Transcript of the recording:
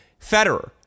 Federer